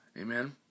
Amen